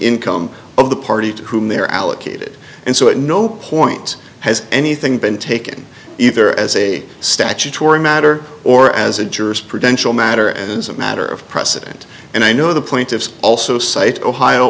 income of the party to whom they are allocated and so at no point has anything been taken either as a statutory matter or as a jurisprudential matter and as a matter of precedent and i know the plaintiffs also cite ohio